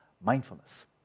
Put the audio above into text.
mindfulness